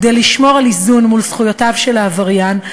כדי לשמור על איזון מול זכויותיו של העבריין,